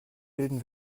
bilden